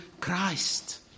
Christ